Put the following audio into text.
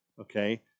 okay